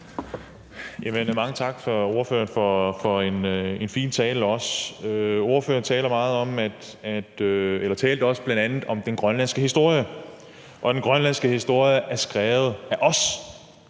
Mange tak til ordføreren for en fin tale. Ordføreren talte bl.a. om den grønlandske historie, og at den grønlandske historie er skrevet af os.